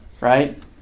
right